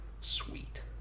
sweet